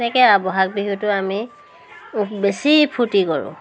তেনেকৈ আৰু বহাগ বিহুটো আমি বেছি ফূৰ্তি কৰোঁ